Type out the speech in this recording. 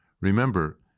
Remember